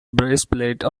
breastplate